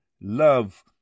love